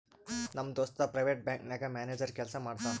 ನಮ್ ದೋಸ್ತ private bank ನಾಗ್ ಮ್ಯಾನೇಜರ್ ಕೆಲ್ಸಾ ಮಾಡ್ತಾನ್